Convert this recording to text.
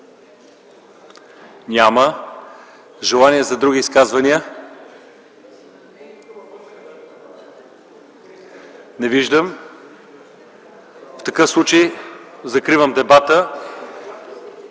Има ли желания за други изказвания? Не виждам. В такъв случай закривам дебата